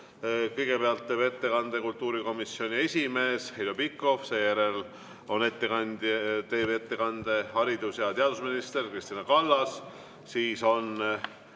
Kõigepealt teeb ettekande kultuurikomisjoni esimees Heljo Pikhof, seejärel teeb ettekande haridus‑ ja teadusminister Kristina Kallas,